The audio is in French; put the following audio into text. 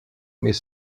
mais